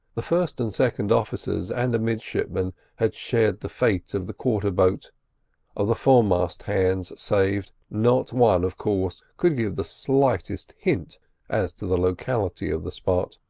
the first and second officers and a midshipman had shared the fate of the quarter-boat of the fore-mast hands saved, not one, of course, could give the slightest hint as to the locality of the spot.